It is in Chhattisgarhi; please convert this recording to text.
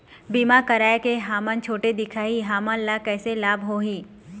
बीमा कराए के हम छोटे दिखाही हमन ला कैसे लाभ होही?